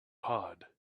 pod